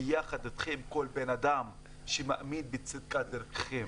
ויחד איתכם כל בן אדם שמאמין בצדקת דרככם.